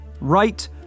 right